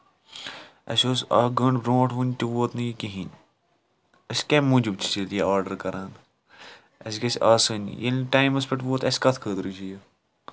اَسہِ اوس اکھ گٲنٹہٕ برونٹھ ؤنۍ تہِ ووت نہٕ یہِ کِہینۍ أسۍ کَمہِ موٗجوٗب چھِ تیلہِ یہِ آڈر کران اَسہِ گژھِ آسٲنۍ ییٚلہ نہٕ ٹایمَس پٮ۪ٹھ ووت اَسہِ کَتھ خٲطرٕ چھُ یہِ